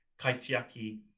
kaitiaki